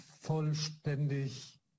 vollständig